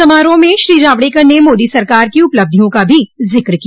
समारोह में श्री जावड़ेकर ने मोदी सरकार की उपलब्धियों का भी जिक्र किया